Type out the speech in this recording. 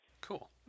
Cool